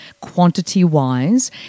quantity-wise